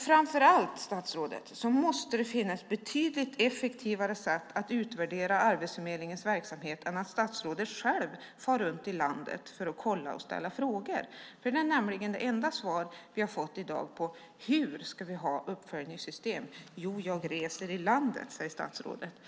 Framför allt, statsrådet, måste det finnas betydligt effektivare sätt att utvärdera Arbetsförmedlingens verksamhet än att statsrådet själv far runt i landet för att kolla och ställa frågor. Det enda svar vi har fått av statsrådet i dag på frågan vad vi ska ha för uppföljningssystem är nämligen: Jo, jag reser i landet.